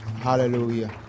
Hallelujah